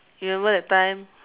remember that time